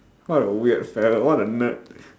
what a weird fellow what a nerd